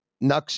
Nux